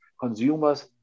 consumers